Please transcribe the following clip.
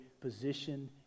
positioned